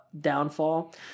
downfall